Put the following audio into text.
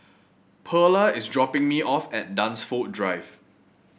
Pearla is dropping me off at Dunsfold Drive